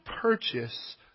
purchase